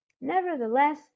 Nevertheless